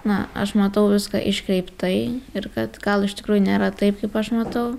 na aš matau viską iškreiptai ir kad gal iš tikrųjų nėra taip kaip aš matau